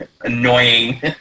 annoying